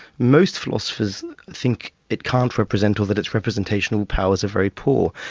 most philosophers think it can't represent, or that its representational powers are very poor,